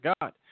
God